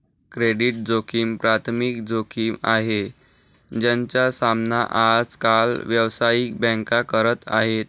credit जोखिम प्राथमिक जोखिम आहे, ज्याचा सामना आज काल व्यावसायिक बँका करत आहेत